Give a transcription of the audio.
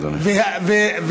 אדוני.